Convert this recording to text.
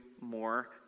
more